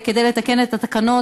כדי לתקן את התקנות,